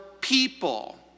people